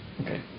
okay